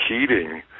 heating